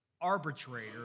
arbitrator